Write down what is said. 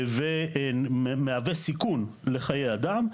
ומהווה סיכון לחיי אדם,